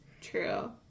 True